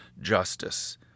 justice